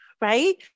right